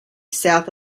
south